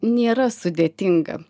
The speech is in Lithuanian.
nėra sudėtinga